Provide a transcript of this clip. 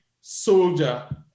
soldier